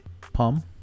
Palm